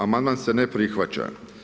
Amandman se ne prihvaća.